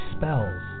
spells